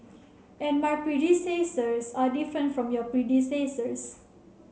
and my predecessors are different from your predecessors